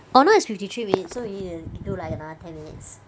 oh now it's fifty three minutes so we need to do like another ten minutes